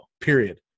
period